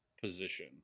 position